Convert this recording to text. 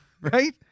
Right